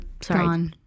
sorry